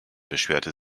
beschwerte